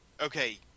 Okay